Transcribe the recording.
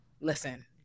listen